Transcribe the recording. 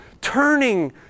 turning